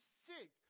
sick